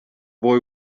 boy